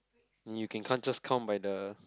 you can can't just count by the